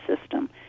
system